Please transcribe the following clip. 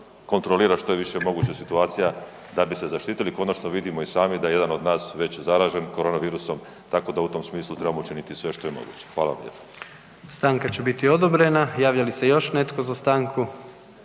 što je više moguće situacija da bi se zaštitili. Konačno vidimo i sami da je jedan od nas već zaražen korona virusom, tako da u tom smislu trebamo učiniti sve što je moguće. Hvala. **Jandroković, Gordan (HDZ)** Stanka će biti odobrena. Javlja li se još netko za stanku?